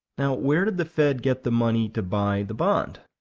now, where did the fed get the money to buy the bond?